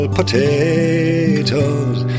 potatoes